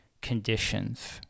conditions